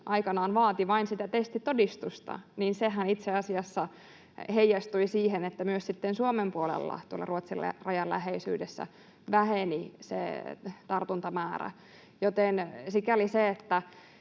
aikanaan vaati vain sitä testitodistusta, niin sehän itse asiassa heijastui siihen, että myös sitten Suomen puolella tuolla Ruotsin rajan läheisyydessä väheni se tartuntamäärä. Sikäli se, että